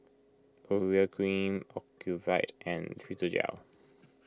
Urea Cream Ocuvite and Physiogel